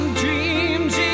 dreams